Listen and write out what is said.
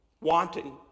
wanting